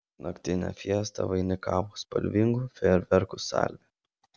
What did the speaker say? naktinę fiestą vainikavo spalvingų fejerverkų salvė